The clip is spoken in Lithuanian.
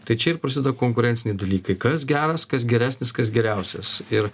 tai čia ir prasideda konkurenciniai dalykai kas geras kas geresnis kas geriausias ir